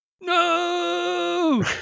No